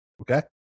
Okay